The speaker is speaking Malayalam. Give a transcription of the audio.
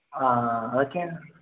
ആ അതൊക്കെ